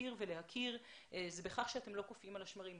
להוקיר ולהכיר בכך שאתם לא קופאים על השמרים.